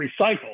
recycled